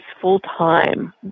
full-time